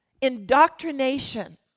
indoctrination